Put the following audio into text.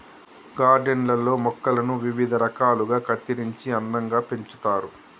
garden లల్లో మొక్కలను వివిధ రకాలుగా కత్తిరించి అందంగా పెంచుతారు